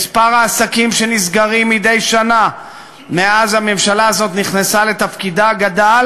מספר העסקים שנסגרים מדי שנה מאז הממשלה הזאת נכנסה לתפקידה גדל